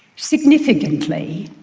significantly,